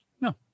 No